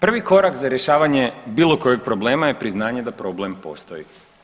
Prvi korak za rješavanje bilo kojg probleme je priznaje da problem postoji.